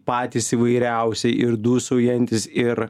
patys įvairiausi ir dūsaujantys ir